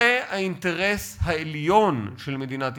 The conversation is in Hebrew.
זה האינטרס העליון של מדינת ישראל.